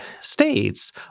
states